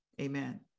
Amen